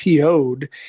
PO'd